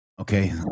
Okay